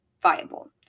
viable